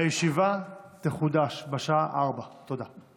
הישיבה תחודש בשעה 16:00. תודה.